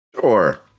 Sure